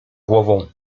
głową